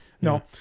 No